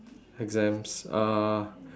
exams uh